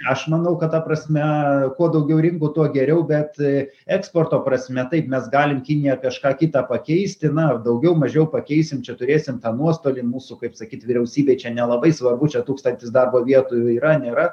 aš manau kad ta prasme kuo daugiau rinkų tuo geriau bet eksporto prasme taip mes galim kinija kažką kitą pakeisti na daugiau mažiau pakeisim čia turėsim tą nuostolį mūsų kaip sakyt vyriausybei čia nelabai svarbu čia tūkstantis darbo vietų yra nėra